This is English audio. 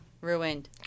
ruined